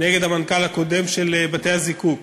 נגד המנכ"ל הקודם של בתי-הזיקוק